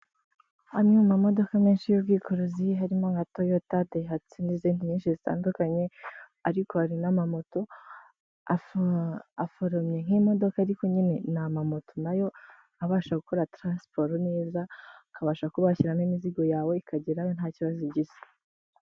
Amwe mu mamodoka menshi y'ubwikorezi, harimo nka toyota, dayihatso n'izindi nyinshi zitandukanye, ariko hari n'amamoto aforomye nk'imodoka ariko nyine ni ama moto nayo abasha gukora taransiporo neza, ukabasha kubashyiramo imizigo yawe ikagerayo nta kibazo igize.